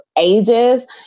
Ages